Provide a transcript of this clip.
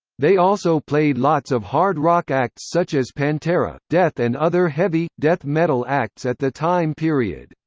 they also played lots of hard rock acts such as pantera, death and other heavy death metal acts at the time period.